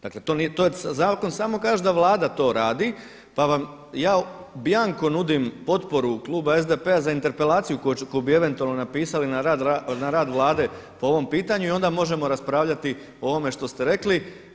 Dakle, to nije, to zakon samo kaže da Vlada to radi pa vam ja bianco nudim potporu kluba SDP-a za interpelaciju koju bi eventualno napisali na rad Vlade po ovom pitanju i onda možemo raspravljati o ovome što ste rekli.